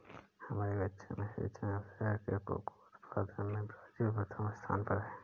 हमारे कक्षा में शिक्षक ने बताया कि कोको उत्पादन में ब्राजील प्रथम स्थान पर है